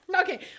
Okay